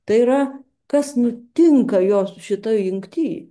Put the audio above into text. tai yra kas nutinka jos šitoj jungty